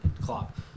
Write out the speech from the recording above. Klopp